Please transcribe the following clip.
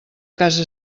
casa